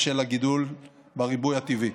בשל הגידול והריבוי הטבעי.